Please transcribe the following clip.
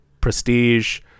Prestige